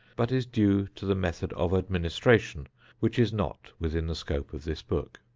but is due to the method of administration which is not within the scope of this book.